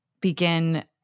begin